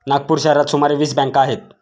नागपूर शहरात सुमारे वीस बँका आहेत